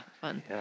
Fun